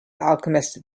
alchemist